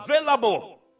available